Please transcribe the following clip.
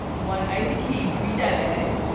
when i became pre-diabetic,